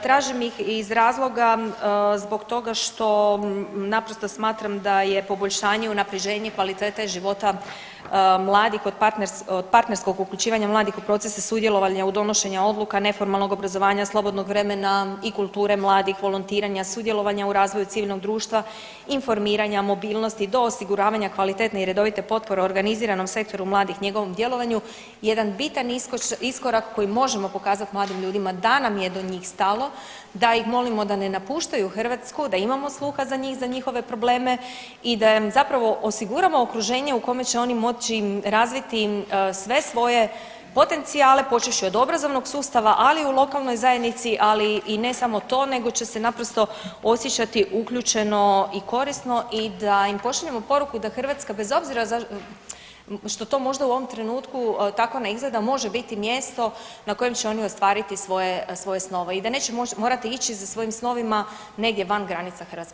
Tražim ih iz razloga zbog toga što naprosto smatram da je poboljšanje i unaprjeđenje kvalitete života mladih od partnerskog uključivanja mladih u procese sudjelovanja u donošenju odluka neformalnog obrazovanja, slobodnog vremena i kulture mladih, volontiranja sudjelovanja u razvoju civilnog društva, informiranja, mobilnosti do osiguravanja kvalitetne i redovite potpore organiziranom sektoru mladih i njegovom djelovanju jedan bitan iskorak kojim možemo pokazati mladim ljudima da nam je do njih stalo, da ih molimo da ne napuštaju Hrvatsku, da imamo sluha za njih i njihove probleme i da im zapravo osiguramo okruženje u kome će oni moći razviti sve svoje potencijale, počevši od obrazovnog sustava, ali i u lokalnoj zajednici, ali i ne samo to nego će se naprosto osjećati uključeno i korisno i da im pošaljemo poruku da Hrvatska bez obzira što to možda u ovom trenutku izgleda može biti mjesto na kojem će oni ostvariti svoje snove i da neće morati ići za svojim snovima negdje van granica Hrvatske.